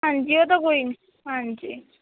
ਹਾਂਜੀ ਉਹ ਤਾਂ ਕੋਈ ਹਾਂਜੀ